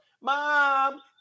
mom